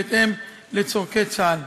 בהתאם לצורכי צה"ל.